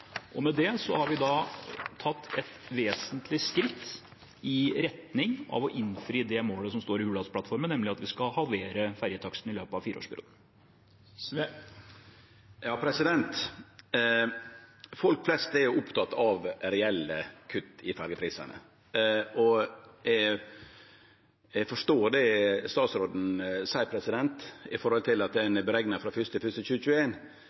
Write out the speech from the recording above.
Med det har vi da tatt et vesentlig skritt i retning av å innfri det målet som står i Hurdalsplattformen, nemlig at vi skal halvere ferjetakstene i løpet av fireårsperioden. Folk flest er opptekne av reelle kutt i ferjeprisane. Eg forstår det statsråden seier om at ein har berekna det frå 1. januar 2021, men det folk er opptekne av, er kva ferjeprisane vert frå